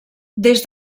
des